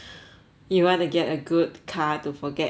you want to get a good car to forget our friends